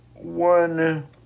One